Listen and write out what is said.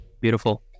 Beautiful